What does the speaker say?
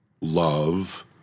love